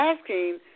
asking